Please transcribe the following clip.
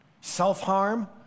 self-harm